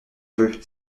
peu